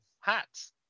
Hats